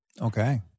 Okay